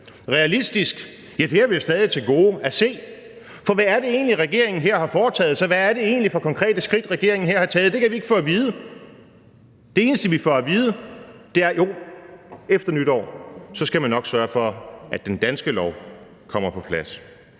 Realistisk? Ja, det har vi jo stadig til gode at se, for hvad er det egentlig, regeringen her har foretaget sig? Hvad er det egentlig for konkrete skridt, regeringen her har taget? Det kan vi ikke få at vide. Det eneste, vi får at vide, er: Jo, efter nytår skal man nok sørge for, at den danske lov kommer på plads.